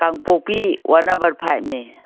Kangpokpi ward number ꯐꯥꯏꯚꯅꯦ